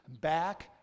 back